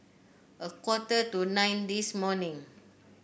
a quarter to nine this morning